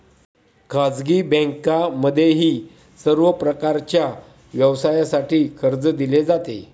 खाजगी बँकांमध्येही सर्व प्रकारच्या व्यवसायासाठी कर्ज दिले जाते